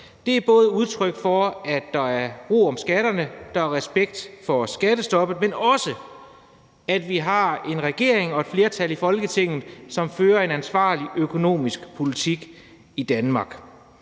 Det er både udtryk for, at der er ro om skatterne, at der er respekt for skattestoppet, men også at vi har en regering og et flertal i Folketinget, som fører en ansvarlig økonomisk politik i Danmark.